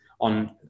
on